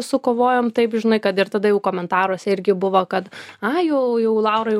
sukovojom taip žinai kad ir tada jau komentaruose irgi buvo kad a jau jau laurai